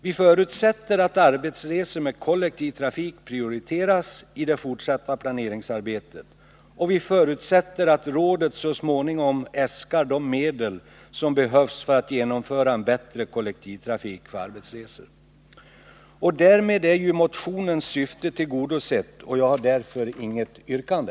Vi förutsätter att arbetsresor med kollektiv trafik prioriteras i det fortsatta planeringsarbetet, och vi förutsätter att rådet så småningom äskar de medel som behövs för en bättre kollektivtrafik för arbetsresor. Därmed är ju motionens syfte tillgodosett, och jag har inget yrkande.